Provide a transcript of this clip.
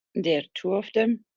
they're two of them.